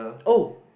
oh